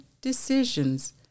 decisions